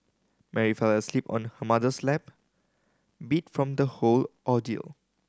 Mary fell asleep on her mother's lap beat from the whole ordeal